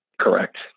Correct